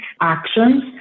actions